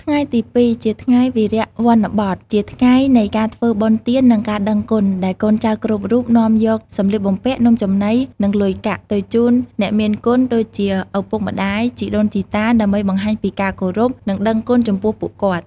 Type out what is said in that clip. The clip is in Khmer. ថ្ងៃទី ២ ជាថ្ងៃវារៈវ័នបត ជាថ្ងៃនៃការធ្វើបុណ្យទាន និងការដឹងគុណ ដែលកូនចៅគ្រប់រូបនាំយក សំលៀកបំពាក់ នំចំណី និងលុយកាក់ ទៅជូនអ្នកមានគុណដូចជា ឪពុកម្តាយ ជីដូនជីតា ដើម្បីបង្ហាញពីការគោរព និងដឹងគុណចំពោះពួកគាត់។